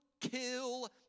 kill